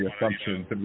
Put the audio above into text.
assumptions